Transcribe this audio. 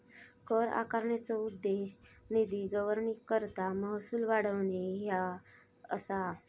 कर आकारणीचो उद्देश निधी गव्हर्निंगकरता महसूल वाढवणे ह्या असा